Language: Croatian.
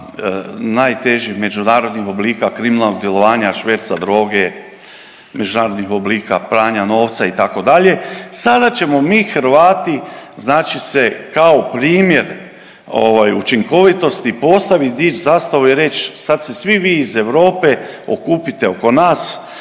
najtežih međunarodnih oblika kriminalnog djelovanja, šverca droge, međunarodnih oblika pranja novca itd. Sada ćemo mi Hrvati znači se kao primjer učinkovitosti postaviti, dići zastavu i reći sad se svi vi iz Europe okupite oko nas,